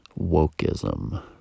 wokeism